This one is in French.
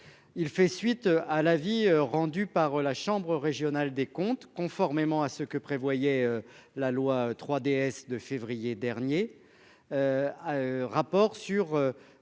Il fait suite à l'avis rendu par la chambre régionale des comptes, conformément à ce que prévoyait la loi 3DS de février dernier. Ah. Rapport sur.